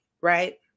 right